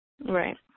right